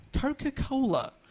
Coca-Cola